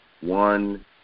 one